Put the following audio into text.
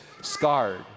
scarred